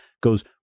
goes